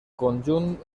conjunt